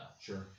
sure